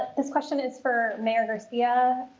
this question is for mayor garcia